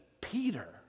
Peter